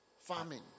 farming